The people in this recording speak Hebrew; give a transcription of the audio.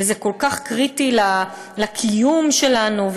וזה כל כך קריטי לקיום שלנו,